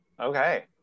Okay